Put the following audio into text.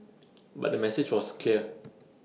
but the message was clear